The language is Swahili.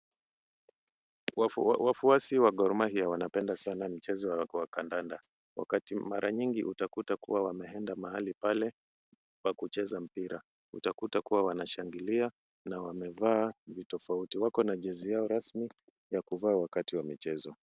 Wafuasi wa Gor Mahia wanapenda sana mchezo wa kandanda, wakati mara nyingi utakuta kuwa wameenda mahali pale pa kucheza mpira, utakuta kuwa wanashangilia na wamevaa vitofauti. Wako na jezi yao rasmi ya kuvaa wakati wa michezo.